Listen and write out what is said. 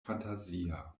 fantazia